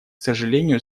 сожалению